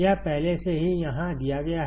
यह पहले से ही यहाँ दिया गया है